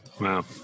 Wow